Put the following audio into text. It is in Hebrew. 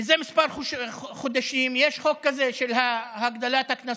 זה כמה חודשים יש חוק כזה של הגדלת הקנסות,